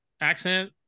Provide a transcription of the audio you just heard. accent